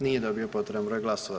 Nije dobio potreban broj glasova.